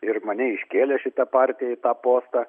ir mane iškėlė šita partija į tą postą